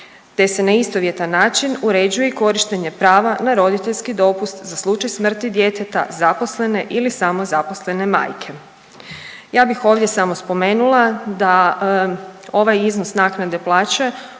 te se na istovjetan način uređuje i korištenje prava na roditeljski dopust za slučaj smrti djeteta zaposlene ili samozaposlene majke. Ja bih ovdje samo spomenula da ovaj iznos naknade sada